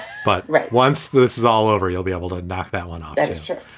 but once this is all over, you'll be able to knock that one off. that is true.